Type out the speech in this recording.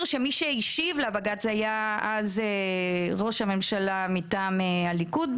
שמי שהשיב לבג"ץ היה אז ראש הממשלה מטעם הליכוד,